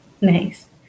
Nice